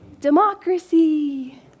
Democracy